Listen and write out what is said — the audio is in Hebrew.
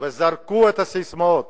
וזרקו להם את הססמאות.